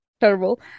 Terrible